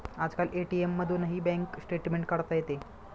आजकाल ए.टी.एम मधूनही bank statement काढता येते